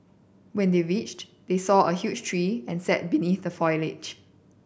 when they reached they saw a huge tree and sat beneath the foliage